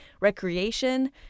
recreation